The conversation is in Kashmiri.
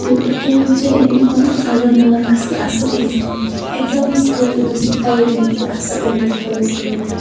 تہٕ چیٚوٗن ژےٚ اِنٔے پگاہ مارکٕس تہِ اصٕل ایٚگزامَس ایٚگزامَس خٲطرٕ گژھی تیٲری تہِ اصٕل امتِحانس خٲطرٕ